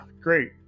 great